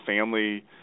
family